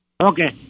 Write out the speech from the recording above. Okay